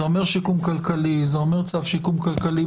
זה אומר שיקום כלכלי, זה אומר צו שיקום כלכלי.